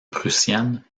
prussienne